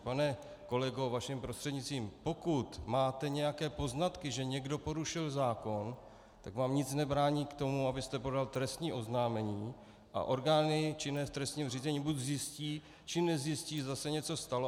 Pane kolego, vaším prostřednictvím, pokud máte nějaké poznatky, že někdo porušil zákon, tak vám nic nebrání v tom, abyste podal trestní oznámení, a orgány činné v trestním řízení buď zjistí, nebo nezjistí, zda se něco stalo.